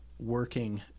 Working